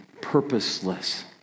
purposeless